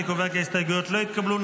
אני קובע כי ההסתייגויות לא התקבלו.